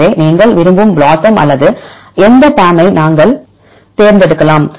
எனவே நீங்கள் விரும்பும் BLOSUM அல்லது எந்த PAM ஐ நாங்கள் தேர்ந்தெடுக்கலாம்